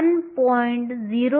08me0